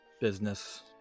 business